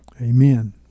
Amen